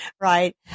Right